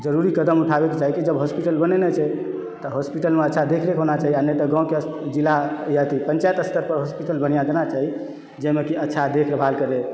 जरूरी कदम उठाबैक चाही कि जब हॉस्पिटल बनेने छै तऽ हॉस्पिटल मे अच्छा देख रेख होना चाही आ नहि तऽ गाव के अस जिला या अथि पञ्चायत स्तर पर हॉस्पिटल बढ़िऑं देना चाही जाहिमे कि अच्छा देखभाल करै